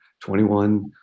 21